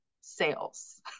sales